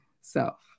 self